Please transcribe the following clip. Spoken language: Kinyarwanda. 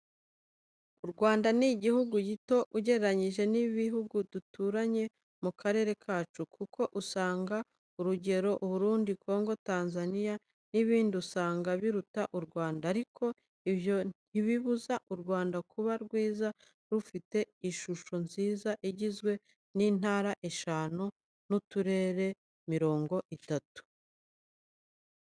U Rwanda ni igihugu gito ugereranye n'ibihugu duturanye mu karere kacu, kuko usanga urugero u Burundi, Kongo, Tanzanya, n'ibindi usanga biruta u Rwanda, ariko ibyo ntibibuza u Rwanda kuba rwiza, rufite ishusho nziza igizwe n'intara eshanu, n'uturere mirongo itatu.